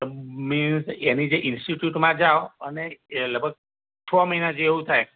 means એની જે ઇન્સ્ટિટયૂટમાં જાઓ અને એ લગભગ છ મહિના જેવું થાય